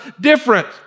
different